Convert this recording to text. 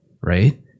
right